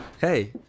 hey